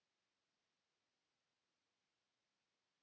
Kiitos.